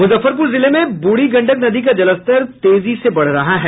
मुजफ्फरपुर जिले में बूढ़ी गंडक नदी का जलस्तर तेजी से बढ़ रहा है